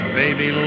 baby